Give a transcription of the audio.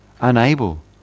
unable